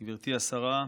גברתי השרה,